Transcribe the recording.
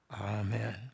Amen